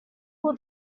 cool